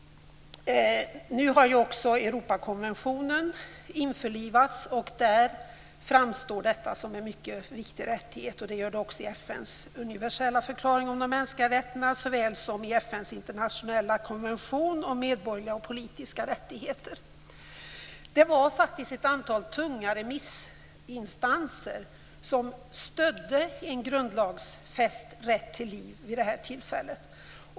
Nu har ju också Europakonventionen införlivats, och där framstår detta som en mycket viktig rättighet. Det gör det också i FN:s universella förklaring om de mänskliga rättigheterna, såväl som i FN:s internationella konvention om medborgerliga och politiska rättigheter. Det var faktiskt ett antal tunga remissinstanser som stödde en grundlagsfäst rätt till liv.